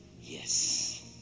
yes